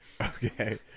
Okay